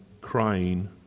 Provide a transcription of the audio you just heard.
crying